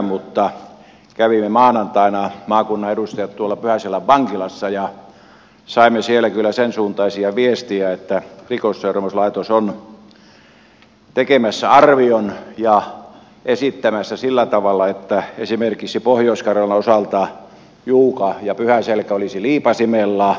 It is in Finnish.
mutta kävimme maanantaina maakunnan edustajat tuolla pyhäselän vankilassa ja saimme siellä kyllä sen suuntaisia viestejä että rikosseuraamuslaitos on tekemässä arvion ja esittämässä sillä tavalla että esimerkiksi pohjois karjalan osalta juuka ja pyhäselkä olisivat liipaisimella